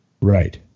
Right